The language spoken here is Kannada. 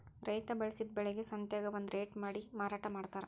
ರೈತಾ ಬೆಳಸಿದ ಬೆಳಿಗೆ ಸಂತ್ಯಾಗ ಒಂದ ರೇಟ ಮಾಡಿ ಮಾರಾಟಾ ಮಡ್ತಾರ